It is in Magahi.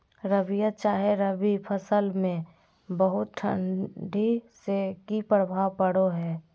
रबिया चाहे रवि फसल में बहुत ठंडी से की प्रभाव पड़ो है?